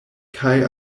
kaj